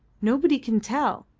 nobody can tell,